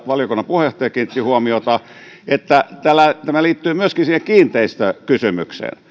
valiokunnan puheenjohtaja kiinnitti huomiota että tämä liittyy myöskin siihen kiinteistökysymykseen